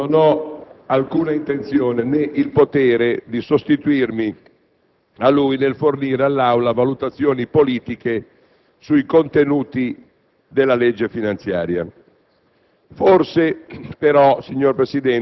Dicevo che non ho alcuna intenzione, né il potere di sostituirmi al senatore Morgando nel fornire all'Aula valutazioni politiche sui contenuti della legge finanziaria.